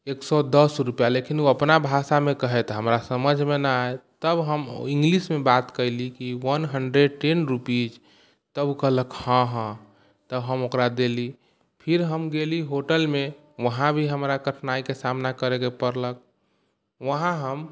एक सए दश रूपैआ लेकिन ओ अपना भाषामे कहै तऽ हमरा समझमे नहि आयल तब हम इंग्लिशमे बात कयली कि वन हंडरेड टेन रूपीज तब ओ कहलक हँ हँ तऽ हम ओकरा देली फिर हम गेली होटलमे वहाँ भी हमरा कठिनाइके सामाना करैके पड़लक वहाँ हम